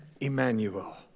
Emmanuel